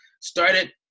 started